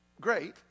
great